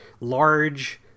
large